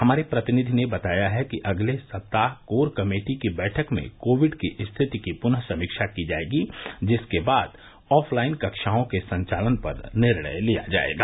हमारे प्रतिनिधि ने बताया है कि अगले सप्ताह कोर कमेटी की बैठक में कोविड की स्थिति की पुनः समीक्षा की जाएगी जिसके बाद ऑफलाइन कक्षाओं के संचालन पर निर्णय लिया जाएगा